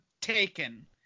taken